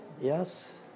Yes